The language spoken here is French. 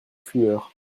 fumeur